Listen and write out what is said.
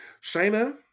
Shayna